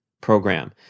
program